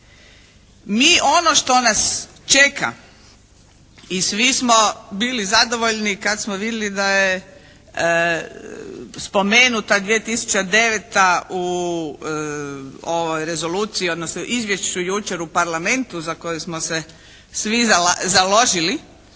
mi ono što nas čeka i svi smo bili zadovoljni kad smo vidjeli da je spomenuta 2009. u rezoluciji, odnosno izvješću jučer u Parlamentu za koji smo se svi založili